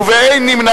אני מודיע לכם,